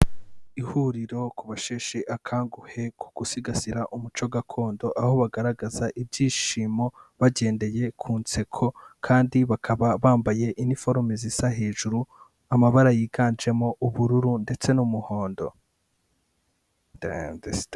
Ihuriro ku basheshe akanguhe ko gusigasira umuco gakondo aho bagaragaza ibyishimo bagendeye ku nseko. kandi bakaba bambaye iniforume zisa hejuru amabara yiganjemo ubururu, ndetse n'umuhondo.